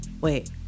wait